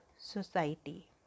society